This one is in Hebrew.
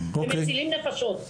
הם מצילים נפשות,